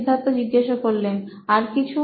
সিদ্ধার্থ আর কিছু